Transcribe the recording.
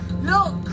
Look